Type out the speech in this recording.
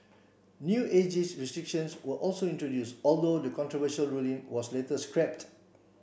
new ageist restrictions were also introduce although the controversial ruling was later scrapped